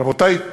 רבותי,